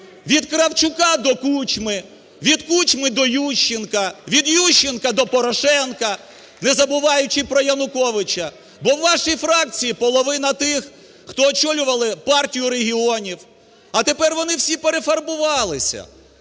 від Кравчука до Кучми, від Кучми до Ющенка, від Ющенка до Порошенка, не забуваючи про Януковича. Бо у вашій фракції половина тих, хто очолювали Партію регіонів. А тепер вони всі перефарбувалися,